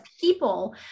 people